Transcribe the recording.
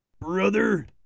Brother